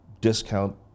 discount